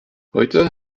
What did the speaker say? heute